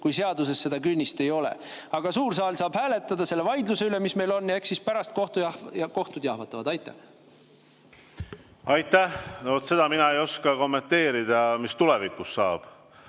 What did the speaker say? kui seaduses seda künnist ei ole. Küll aga saab suur saal hääletada selle vaidluse üle, mis meil on, ja eks siis pärast kohtud jahvatavad. Aitäh! Seda mina ei oska kommenteerida, mis tulevikus saab,